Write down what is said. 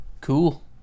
Cool